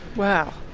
wow,